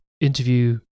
interview